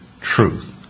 truth